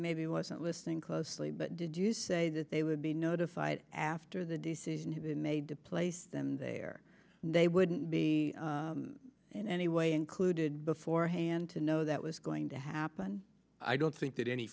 maybe wasn't listening closely but did you say that they would be notified after the decision has been made to place them there they wouldn't be in any way included beforehand to know that was going to happen i don't think that any